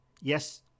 Yes